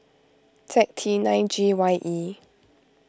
Z T nine G Y E